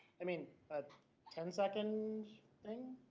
i mean, a ten seconds thing,